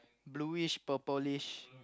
bluish purplish